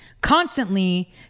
constantly